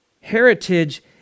heritage